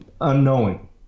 unknowing